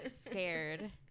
scared